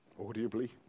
Audibly